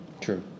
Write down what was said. True